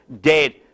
dead